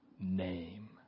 name